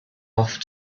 off